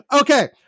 Okay